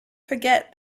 forget